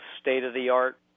state-of-the-art